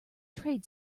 trade